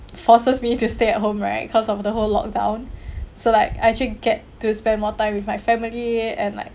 forces me to stay at home right because of the whole locked down so like I actually get to spend more time with my family and like